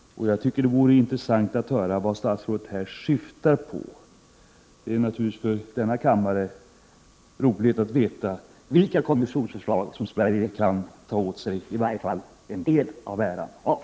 Jag tycker det vore intressant att höra vad statsrådet här syftar på. Det är naturligtvis roligt för denna kammare att veta vilka kommissionsförslag som Sverige kan ta åt sig, i varje fall, en del av äran av.